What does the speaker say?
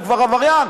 הוא כבר עבריין.